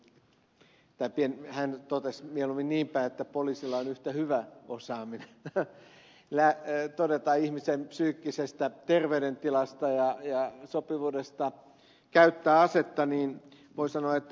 pakkanen viittasi tai hän totesi mieluummin niin päin että poliisilla on yhtä hyvä osaaminen ihmisen psyykkisestä terveydentilasta ja sopivuudesta käyttää asetta voin sanoa että ed